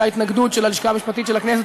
הייתה התנגדות של הלשכה המשפטית של הכנסת,